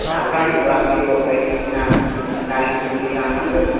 जाग्रा लोंग्रा बेदर बायदिसिना दालि दुलि लांनांगोन